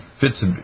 fits